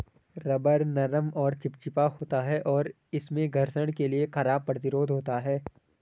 rubber नरम और चिपचिपा होता है, और इसमें घर्षण के लिए खराब प्रतिरोध होता है